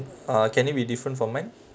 ah can it be different from mine